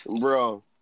Bro